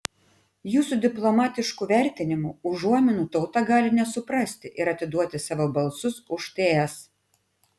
jūsų diplomatiškų vertinimų užuominų tauta gali nesuprasti ir atiduoti savo balsus už ts